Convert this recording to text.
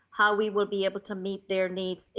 how we will be able to meet their needs,